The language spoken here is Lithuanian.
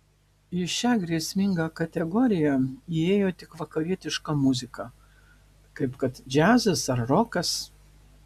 į šią grėsmingą kategoriją įėjo tik vakarietiška muzika kaip kad džiazas ar rokas